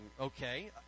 Okay